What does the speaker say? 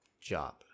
job